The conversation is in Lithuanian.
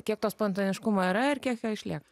kiek to spontaniškumo yra ir kiek jo išlieka